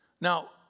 Now